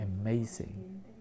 Amazing